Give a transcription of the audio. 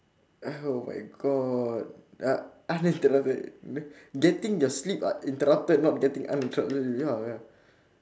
oh my god un~ uninterrupted getting your sleep uh interrupted not getting uninterrupted ya ya